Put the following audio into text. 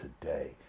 today